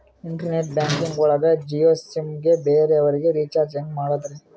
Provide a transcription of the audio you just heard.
Internet banking ಒಳಗ Jio sim ಗೆ ಬೇರೆ ಅವರಿಗೆ ರೀಚಾರ್ಜ್ ಹೆಂಗ್ ಮಾಡಿದ್ರಿ?